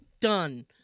done